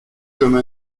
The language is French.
comme